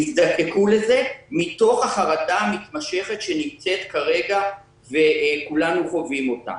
יזדקקו לזה מתוך החרדה המתמשכת שנמצאת כרגע וכולנו חווים אותה.